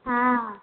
हँ